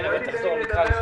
אם לא תיתן לי לדבר,